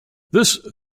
this